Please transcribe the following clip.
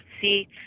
see